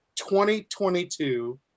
2022